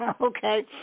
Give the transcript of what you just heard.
Okay